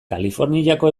kaliforniako